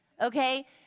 okay